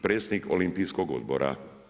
Predsjednik Olimpijskog odbora.